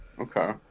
Okay